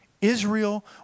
Israel